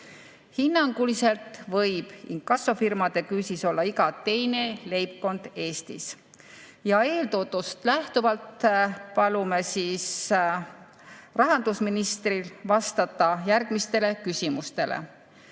Hinnanguliselt võib inkassofirmade küüsis olla iga teine leibkond Eestis. Eeltoodust lähtuvalt palume rahandusministril vastata järgmistele küsimustele.